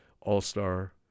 all-star